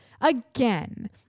again